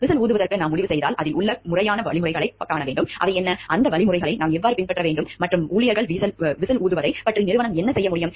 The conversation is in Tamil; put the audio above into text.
விசில் ஊதுவதற்கு நாம் முடிவு செய்தால் அதில் உள்ள முறையான வழிமுறைகள் என்ன அந்த வழிமுறைகளை நாம் எவ்வாறு பின்பற்ற வேண்டும் மற்றும் ஊழியர்கள் விசில் ஊதுவதைப் பற்றி நிறுவனம் என்ன செய்ய முடியும்